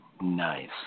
Nice